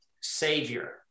Savior